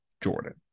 Jordan